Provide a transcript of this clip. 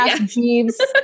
Jeeves